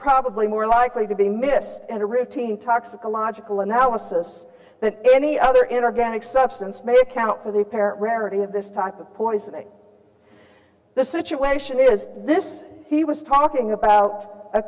probably more likely to be missed and a routine toxicological analysis that any other inner granik substance may account for the apparent rarity of this type of poisoning the situation is this he was talking about a